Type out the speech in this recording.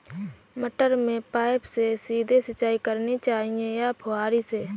मटर में पाइप से सीधे सिंचाई करनी चाहिए या फुहरी से?